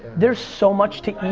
there's so much to